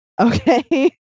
Okay